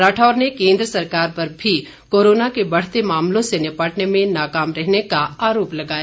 राठौर ने केंद्र सरकार पर भी कोरोना के बढ़ते मामलों से निपटने में नाकाम रहने का आरोप लगाया